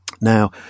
Now